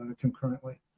concurrently